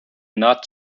not